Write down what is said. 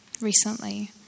recently